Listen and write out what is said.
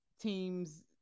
teams